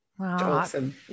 awesome